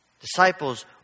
Disciples